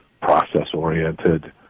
process-oriented